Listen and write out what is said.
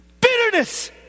bitterness